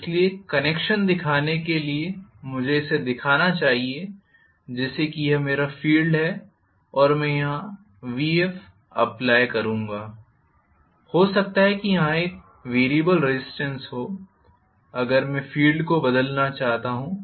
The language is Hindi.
इसलिए कनेक्शन दिखाने के लिए मुझे इसे दिखाना चाहिए जैसे कि यह मेरा फील्ड है और मैं यहां Vf अप्लाई करूंगा हो सकता है कि यहां एक वेरियबल रेज़िस्टेन्स हो अगर मैं फील्ड को बदलना चाहता हूं